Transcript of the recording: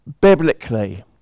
biblically